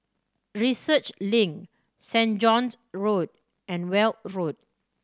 Research Link Saint John's Road and Weld Road